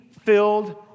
filled